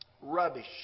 rubbish